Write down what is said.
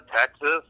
Texas